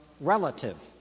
relative